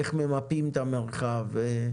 איך ממפים את המרחב,